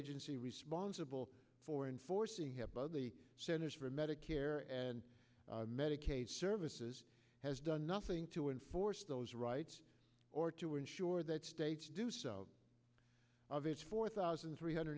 agency responsible for enforcing the centers for medicare and medicaid services has done nothing to enforce those rights or to ensure that states do so of its four thousand three hundred